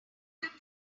your